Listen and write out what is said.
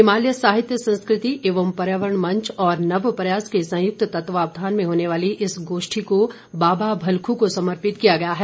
हिमालय साहित्य संस्कृति एवं पर्यावरण मंच और नव प्रयास के संयुक्त तत्वावधान में होने वाली इस गोष्ठी को बाबा भलखू को समर्पित किया गया है